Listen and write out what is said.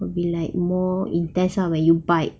it would be like more intense lah when you bite